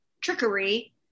trickery